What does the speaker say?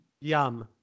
yum